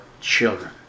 children